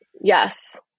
yes